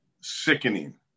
sickening